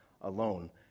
alone